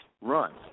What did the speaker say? run